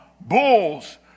bulls